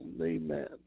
Amen